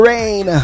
Rain